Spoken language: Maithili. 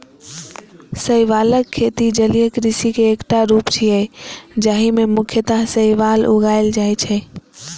शैवालक खेती जलीय कृषि के एकटा रूप छियै, जाहि मे मुख्यतः शैवाल उगाएल जाइ छै